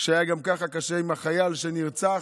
שהיה גם ככה קשה, עם החייל שנרצח,